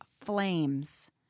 flames